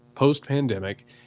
post-pandemic